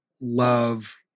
love